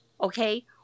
Okay